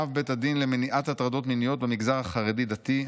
אב בית הדין למניעת הטרדות מיניות במגזר החרדי דתי,